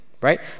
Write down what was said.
Right